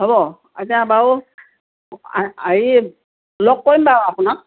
হ'ব এতিয়া বাৰু হেৰি লগ কৰিম বাৰু আপোনাক